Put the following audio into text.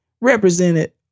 represented